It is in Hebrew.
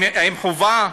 האם חובה?